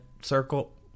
circle